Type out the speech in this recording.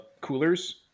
coolers